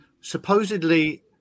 supposedly